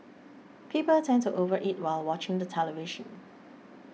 people tend to overeat while watching the television